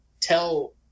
tell